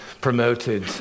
promoted